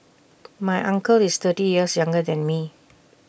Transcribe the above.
my uncle is thirty years younger than me